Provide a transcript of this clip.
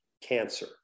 cancer